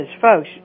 folks